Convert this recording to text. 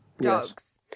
dogs